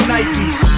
Nike's